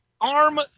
arm